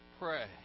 pray